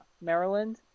Maryland